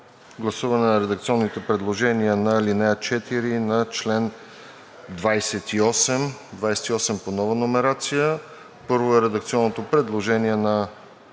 гласуване на редакционните предложения на ал. 4 на чл. 28 – 28 по нова номерация. Първо е редакционното предложение на